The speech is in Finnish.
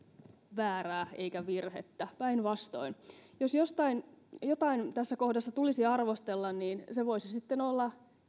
väärää eikä virhettä päinvastoin jos jotain tässä kohdassa tulisi arvostella niin se voisi sitten olla